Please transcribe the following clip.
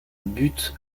but